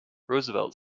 roosevelt